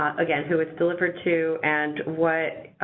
again, who it's delivered to and what